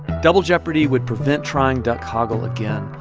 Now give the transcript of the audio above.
double jeopardy would prevent trying duck hoggle again.